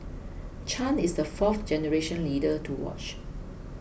Chan is the fourth generation leader to watch